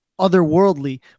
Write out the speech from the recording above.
otherworldly